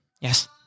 Yes